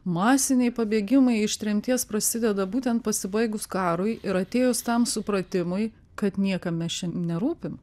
masiniai pabėgimai iš tremties prasideda būtent pasibaigus karui ir atėjus tam supratimui kad niekam mes nerūpim